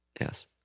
Yes